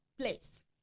place